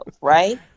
right